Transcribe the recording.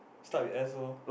start with S lor